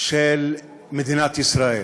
של מדינת ישראל?